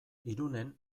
irunen